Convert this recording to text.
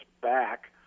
back